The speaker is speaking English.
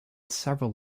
several